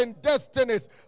destinies